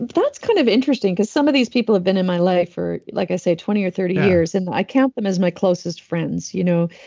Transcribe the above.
that's kind of interesting, because some of these people have been in my life for, like i say, twenty or thirty years, and i count them as my closest friends. you know?